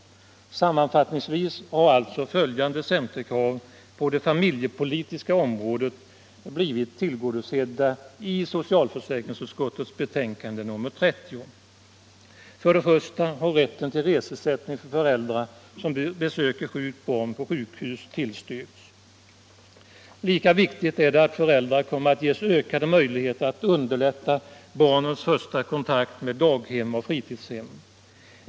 Sammanfattningsvis har alltså följande centerkrav på det familjepolitiska området blivit tillgodosedda i socialförsäkringsutskottets betänkande nr 30: Först och främst har förslaget om rätt till reseersättning för föräldrar som besöker sjukt barn på sjukhus tillstyrkts. Lika viktigt är det att föräldrarna kommer att ges ökade möjligheter att underlätta barnens första kontakt med daghem och fritidshem.